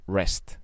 rest